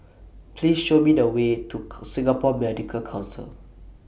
Please Show Me The Way to Singapore Medical Council